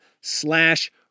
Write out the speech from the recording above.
slash